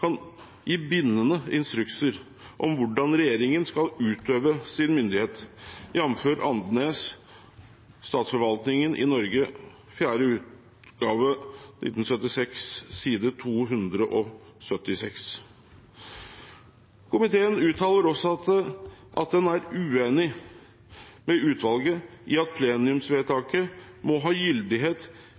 kan gi bindende instrukser om hvordan regjeringen skal utøve sin myndighet, jfr. Andenæs, Statsforvaltningen i Norge Komiteen uttaler også at den er «enig med Utvalget i at plenumsvedtaket må ha gyldighet